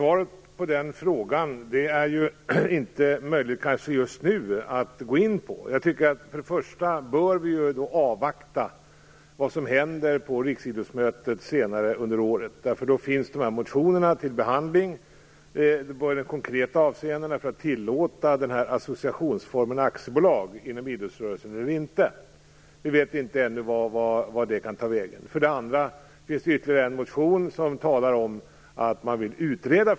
Fru talman! Det är inte just nu möjligt att ge ett svar på den frågan. För det första bör vi avvakta vad som händer på riksidrottsmötet senare under året. Då behandlas dessa motioner. Konkret handlar det om ifall man skall tillåta associationsformen aktiebolag inom idrottsrörelsen eller inte. Vi vet ännu inte hur det kommer att bli. För det andra finns det ytterligare en motion där det står att frågan bör utredas.